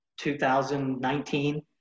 2019